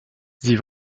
sie